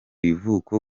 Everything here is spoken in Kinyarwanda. ivuko